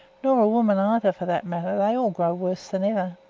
nor a woman either for that matter they all grow worse than ever.